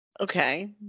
Okay